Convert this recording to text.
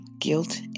guilt